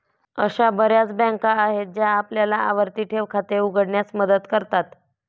अशा बर्याच बँका आहेत ज्या आपल्याला आवर्ती ठेव खाते उघडण्यास मदत करतात